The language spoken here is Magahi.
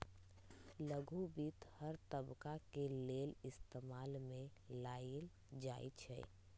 लघु वित्त हर तबका के लेल इस्तेमाल में लाएल जाई छई